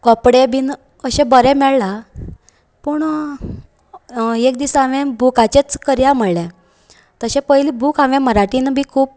कपडे बीन अशे बरें मेळ्ळा पूण एक दीस हांवेंन बुकाचेच करया म्हळें तशे पयली बूक हांवे मराठीन बी खूब